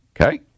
Okay